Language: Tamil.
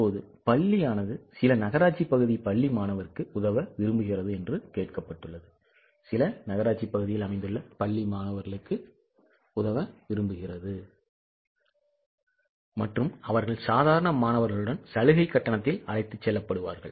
இப்போது பள்ளி ஆனது சில நகராட்சி பகுதி பள்ளி மாணவர்க்கு உதவ விரும்புகிறது என்று கேட்கப்பட்டுள்ளது மற்றும் அவர்கள் சாதாரண மாணவர்களுடன் சலுகைக் கட்டணத்தில் அழைத்துச் செல்லப்படுவார்கள்